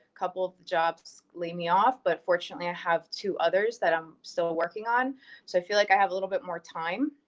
couple of jobs lay me off, but fortunately i have two others that i'm still ah working on. so, i feel like i have a little bit more time,